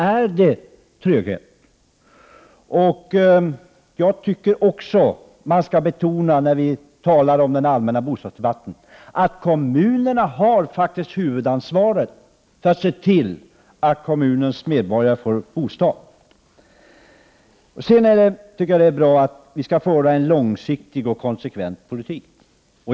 I den allmänna bostadsdebatten bör det betonas att kommunerna har huvudansvaret för att se till att kommunens medborgare får bostäder. Vi skall föra en långsiktig och konsekvent politik.